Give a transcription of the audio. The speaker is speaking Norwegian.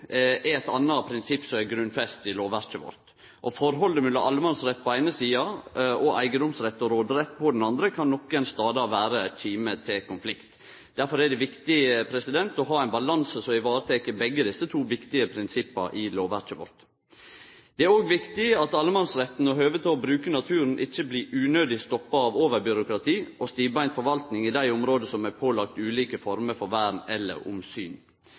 er eit anna prinsipp som er grunnfest i lovverket vårt. Forholdet mellom allemannsrett på den eine sida og eigedomsrett og råderett på den andre, kan nokre stader vere ein kime til konflikt. Difor er det viktig å ha ein balanse som varetek begge desse to viktige prinsippa i lovverket vårt. Det er også viktig at allemannsretten og høvet til å bruke naturen ikkje blir unødig stoppa av overbyråkrati og stivbeint forvalting i dei områda som er pålagde ulike former for vern eller omsyn.